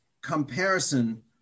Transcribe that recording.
comparison